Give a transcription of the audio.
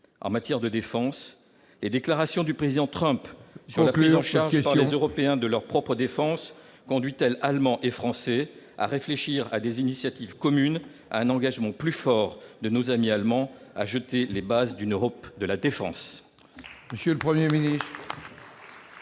En matière de défense, les déclarations du président Trump sur la prise en charge par les Européens de leur propre défense conduisent-elles Allemands et Français à réfléchir à des initiatives communes, incitent-elles nos amis Allemands à s'engager davantage pour jeter les bases d'une Europe de la défense